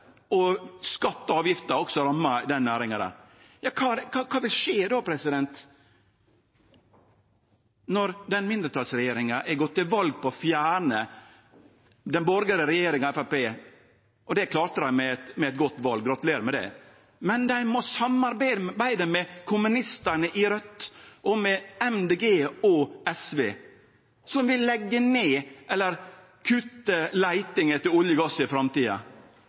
og skattar og avgifter har òg ramma den næringa. Kva vil då skje, når denne mindretalsregjeringa har gått til val på å fjerne den borgarlege regjeringa og Framstegspartiet – og det klarte dei med eit godt val, gratulerer med det – og dei må samarbeide med kommunistane i Raudt og med Miljøpartiet Dei Grøne og SV, som vil kutte leiting etter olje og gass i